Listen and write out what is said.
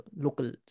local